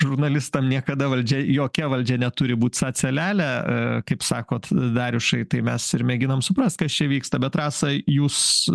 žurnalistam niekada valdžia jokia valdžia neturi būt ca ca lia lia a kaip sakot verišai tai mes ir mėginam suprast kas čia vyksta bet rasa jūs